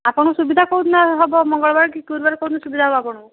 ଆପଣଙ୍କୁ ସୁବିଧା କେଉଁଦିନ ହବ ମଙ୍ଗଳବାରେ କି ଗୁରୁବାରରେ କେଉଁ ଦିନ ସୁବିଧା ହବ ଆପଣଙ୍କୁ